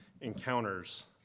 encounters